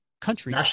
country